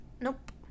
Nope